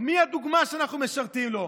מה הדוגמה שאנחנו משאירים לו?